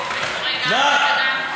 אבו מערוף.